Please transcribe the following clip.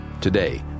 today